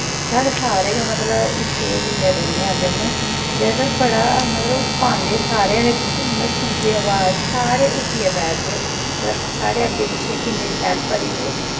साढ़े सारे गै मतल इत्थूं दे रौह्ने आह्ले न जैदातर सारे पांदे मतलब सुनदे अवाज सारे उट्ठियै बैठदे साढ़े अग्गैं पिच्छें किन्ने शैल